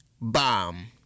Bomb